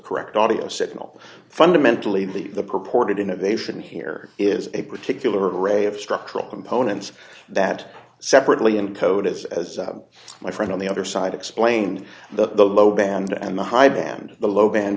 correct audio signal fundamentally the purported innovation here is a particular array of structural components that separately and code is as my friend on the other side explained the band and the high band the low band